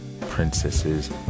princesses